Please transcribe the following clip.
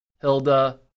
Hilda